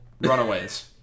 Runaways